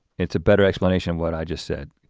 it's a better explanation of what i just said.